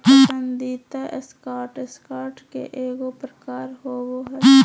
पसंदीदा stock, stock के एगो प्रकार होबो हइ